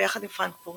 ביחד עם פרנקפורט,